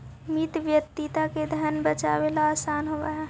मितव्ययिता से धन बचावेला असान होवऽ हई